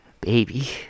baby